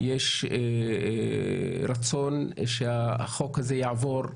יש רצון שהחוק הזה יעבור,